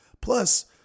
Plus